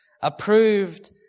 approved